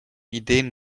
ideen